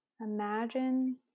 imagine